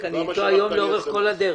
אני היום אתו לאורך כל הדרך.